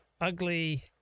ugly